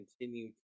continue